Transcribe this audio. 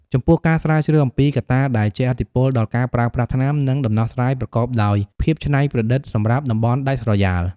ចំពោះការស្រាវជ្រាវអំពីកត្តាដែលជះឥទ្ធិពលដល់ការប្រើប្រាស់ថ្នាំ និងដំណោះស្រាយប្រកបដោយភាពច្នៃប្រឌិតសម្រាប់តំបន់ដាច់ស្រយាល។